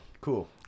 cool